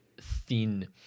thin